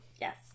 yes